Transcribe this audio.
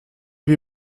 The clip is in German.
wie